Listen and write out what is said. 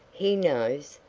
he knows.